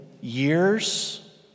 years